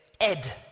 ed